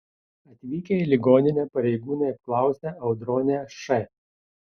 atvykę į ligoninę pareigūnai apklausė audronę š